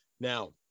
Now